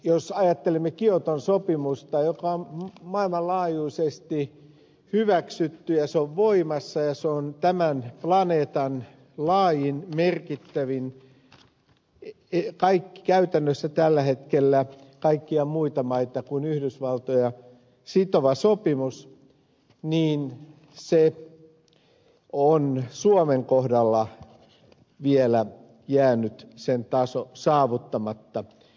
jos ajattelemme kioton sopimusta joka on maailmanlaajuisesti hyväksytty joka on voimassa ja on tämän planeetan laajin merkittävin käytännössä tällä hetkellä kaikkia muita maita kuin yhdysvaltoja sitova sopimus niin sen taso on suomen kohdalla jäänyt saavuttamatta